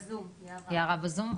יערה בזום?